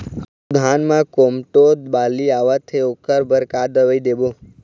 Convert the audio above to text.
अऊ धान म कोमटो बाली आवत हे ओकर बर का दवई देबो?